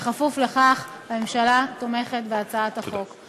כפוף לכך, הממשלה תומכת בהצעת החוק.